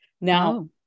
Now